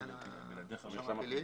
בעניין עבר פלילי.